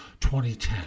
2010